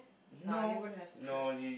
no you wouldn't have to choose